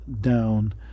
down